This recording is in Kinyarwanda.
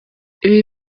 ibi